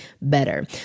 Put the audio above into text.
better